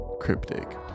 cryptic